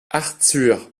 arthur